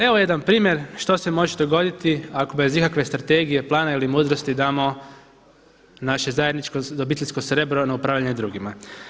Evo jedan primjer što se može dogoditi ako bez ikakve strategije plana ili mudrosti damo naše zajedničko, obiteljsko srebro na upravljanje drugima.